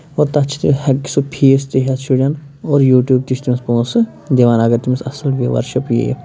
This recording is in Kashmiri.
وۄنۍ تَتھ چھِ سُہ ہٮ۪کہِ سُہ فیٖس تہِ ہٮ۪تھ شُرٮ۪ن اور یوٗٹیوٗب تہِ چھِ تٔمِس پونٛسہٕ دِوان اَگر تٔمِس اَصٕل وِوَر شِپ یِیہِ